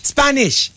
Spanish